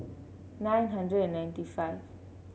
nine hundred and ninety five